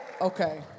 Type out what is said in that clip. Okay